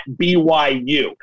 BYU